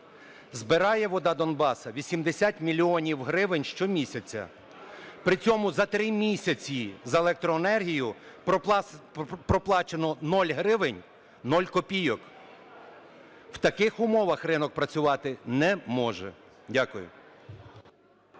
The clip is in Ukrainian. Збирає "Вода Донбасу" 80 мільйонів гривень щомісяця. При цьому за 3 місяці за електроенергію проплачено 0 гривень 0 копійок. В таких умовах ринок працювати не може. Дякую.